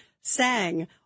sang